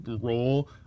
role